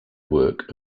work